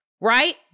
right